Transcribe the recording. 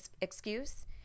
excuse